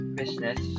business